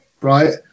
right